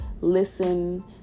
listen